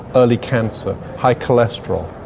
early cancer, high cholesterol,